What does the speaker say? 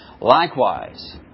likewise